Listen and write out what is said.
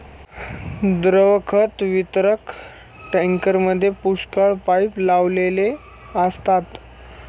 द्रव खत वितरक टँकरमध्ये पुष्कळ पाइप लावलेले असतात